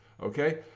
Okay